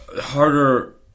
harder